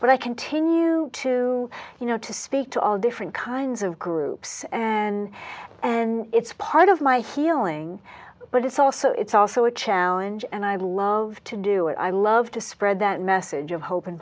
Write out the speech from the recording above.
but i continue to you know to speak to all different kinds of groups and and it's part of my healing but it's also it's also a chair and i would love to do it i love to spread that message of hop